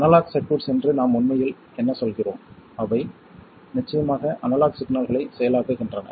analogue circuits என்று நாம் உண்மையில் என்ன சொல்கிறோம் அவை நிச்சயமாக அனலாக் சிக்னல்களை செயலாக்குகின்றன